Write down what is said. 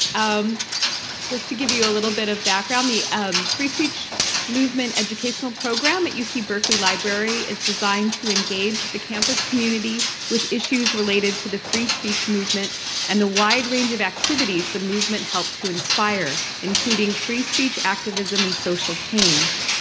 um just to give you a little bit of background, the um free speech movement educational program at uc berkeley library is designed to engage the campus community with issues related to the free speech movement and the wide range of activities the movement helped to inspire, including free speech activism and social change.